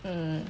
hmm